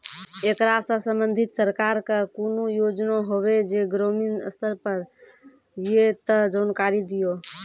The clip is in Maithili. ऐकरा सऽ संबंधित सरकारक कूनू योजना होवे जे ग्रामीण स्तर पर ये तऽ जानकारी दियो?